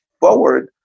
forward